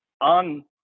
on